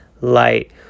light